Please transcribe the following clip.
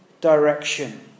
direction